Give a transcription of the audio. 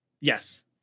Yes